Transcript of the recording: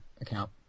account